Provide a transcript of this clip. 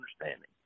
understanding